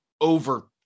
over